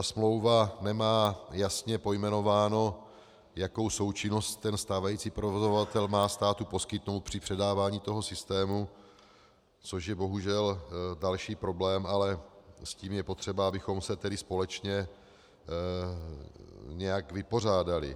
Smlouva nemá jasně pojmenováno, jakou součinnost ten stávající provozovatel má státu poskytnout při předávání toho systému, což je bohužel další problém, ale s tím je potřeba, abychom se společně nějak vypořádali.